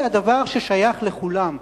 היא דבר ששייך לכולם.